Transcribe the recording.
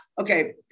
Okay